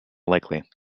likely